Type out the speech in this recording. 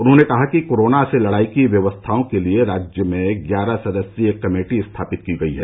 उन्होंने कहा कि कोरोना से लड़ाई की व्यवस्थाओं के लिये राज्य में ग्यारह सदस्यीय कमेटी स्थापित की गई है